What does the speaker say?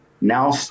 Now